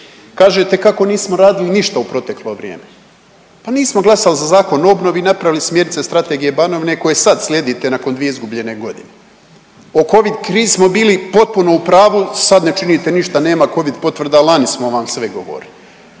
Kažete kako nismo radili ništa u proteklo vrijeme. Pa nismo glasali za Zakon o obnovi, napravili smjernice strategije Banovine koje sad slijedite nakon 2 izgubljene godine. o Covid krizi smo bili potpuno u pravu, sad ne činite ništa, nema Covid potvrda, lani smo vam sve govorili,